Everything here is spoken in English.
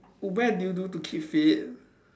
where do you do to keep fit